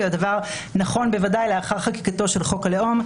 הדבר נכון בוודאי לאחר חקיקתו של חוק הלאום,